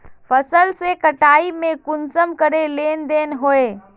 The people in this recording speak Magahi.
फसल के कटाई में कुंसम करे लेन देन होए?